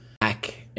hack